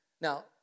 Now